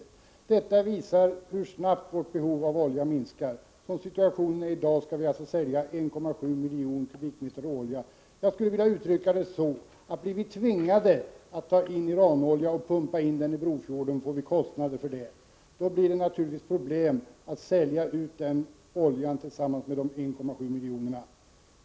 Detta visar hur snabbt vårt behov av olja minskar. Som situationen är i dag skall vi alltså sälja 1,7 miljon m? råolja. Jag skulle vilja uttrycka det så, att blir vi tvingade att ta in Iranolja och pumpa in den i Brofjorden, får vi kostnader för det. Då blir det naturligtvis problem att sälja ut den oljan tillsammans med de 1,7 miljonerna.